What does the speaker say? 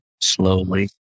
slowly